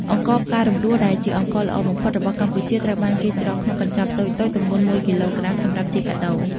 អង្ករផ្ការំដួលដែលជាអង្ករល្អបំផុតរបស់កម្ពុជា ត្រូវបានគេច្រកក្នុងកញ្ចប់តូចៗទម្ងន់មួយគីឡូក្រាមសម្រាប់ជាកាដូ។